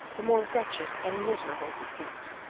the more wretched and miserable he felt.